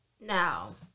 Now